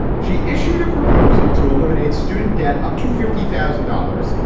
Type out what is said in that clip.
she issued a proposal to eliminate student debt up to fifty thousand dollars.